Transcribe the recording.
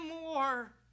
more